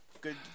good